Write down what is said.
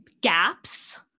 gaps